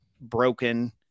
broken